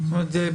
זאת אומרת,